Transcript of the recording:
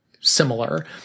similar